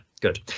Good